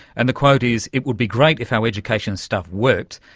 and the quote is, it would be great if our education stuff worked,